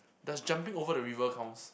does jumping over the river counts